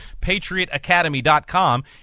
patriotacademy.com